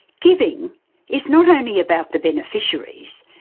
giving is not only about the beneficiaries.